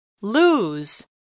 Lose